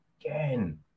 again